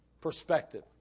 perspective